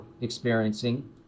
experiencing